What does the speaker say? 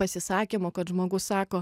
pasisakymų kad žmogus sako